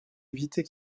éviter